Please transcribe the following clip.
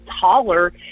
taller